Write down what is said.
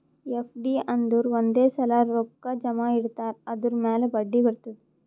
FD ಅಂದುರ್ ಒಂದೇ ಸಲಾ ರೊಕ್ಕಾ ಜಮಾ ಇಡ್ತಾರ್ ಅದುರ್ ಮ್ಯಾಲ ಬಡ್ಡಿ ಬರ್ತುದ್